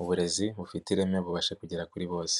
uburezi bufite ireme bubashe kugera kuri bose.